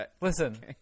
Listen